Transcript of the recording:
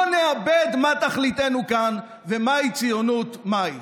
לא נאבד מה תכליתנו כאן וציונות מהי.